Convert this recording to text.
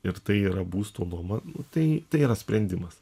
ir tai yra būsto nuoma tai tai yra sprendimas